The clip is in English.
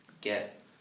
get